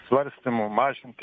svarstymų mažint